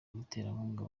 muterankunga